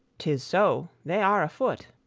tis so they are a-foot.